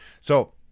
So-